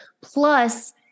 plus